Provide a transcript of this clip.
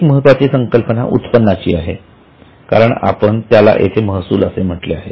एक महत्त्वाची संकल्पना उत्पन्नाची आहे कारण आपण येथे त्याला महसूल असे म्हटले आहे